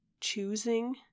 choosing